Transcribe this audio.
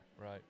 Right